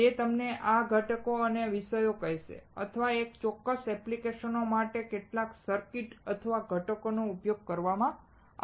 તે તમને આ ઘટક અથવા વિષયો કહેશે અથવા આ ચોક્કસ એપ્લિકેશનો માટે કેટલાક સર્કિટ્સ અથવા ઘટકોનો ઉપયોગ કરવામાં આવશે